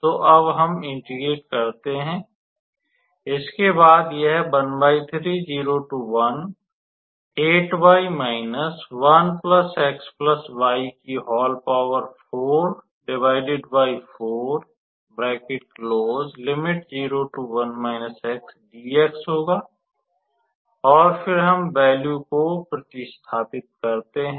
तो अब हम इंटेग्रेटintegrate करते हैं इसके बाद यह होगा और फिर हम वैल्यू को प्रतिस्थापित करते हैं